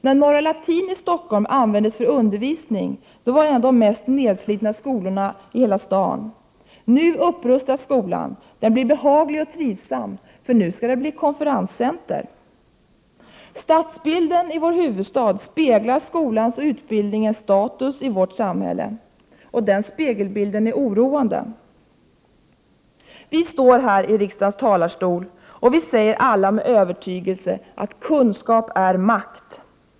När Norra latin i Stockholm användes för undervisning var det en av de mest nedslitna skolorna i staden. Nu upprustas skolan. Den blir behaglig och trivsam, för nu skall där bli konferenscenter. Stadsbilden i vår huvudstad speglar skolans och utbildningens status i vårt samhälle. Och den spegelbilden är oroande. Vi står här i riksdagens talarstol, och vi säger alla med övertygelse: Kunskap är makt!